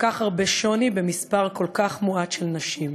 כל כך הרבה שוני במספר כל כך מועט של נשים.